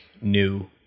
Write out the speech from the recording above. new